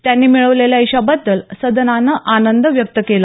त्यांनी मिळवलेल्या यशाबद्दल सदनानं आनंद व्यक्त केला